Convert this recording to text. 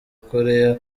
koreya